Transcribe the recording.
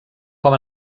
com